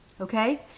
Okay